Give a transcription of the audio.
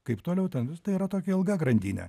kaip toliau ten tai yra tokia ilga grandinė